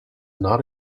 not